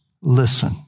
listen